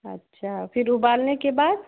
अच्छा फिर उबालने के बाद